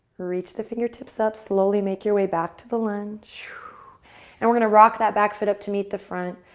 reach the fingertips up. slowly make your way back to the lunge and we're going to rock that back foot up to meet the front.